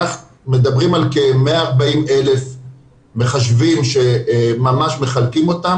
אנחנו מדברים על 140,000 מחשבים שממש מחלקים אותם,